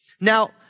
now